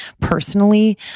personally